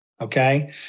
okay